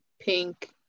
pink